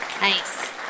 Nice